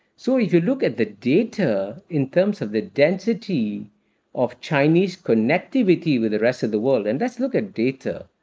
so, if you look at the data in terms of the density of chinese connectivity with the rest of the world and let's look at data.